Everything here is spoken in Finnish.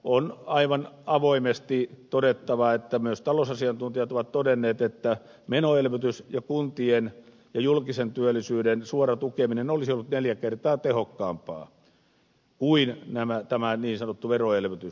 on aivan avoimesti todettava että myös talousasiantuntijat ovat todenneet että menoelvytys ja kuntien ja julkisen työllisyyden suora tukeminen olisi ollut neljä kertaa tehokkaampaa kuin tämä niin sanottu veroelvytys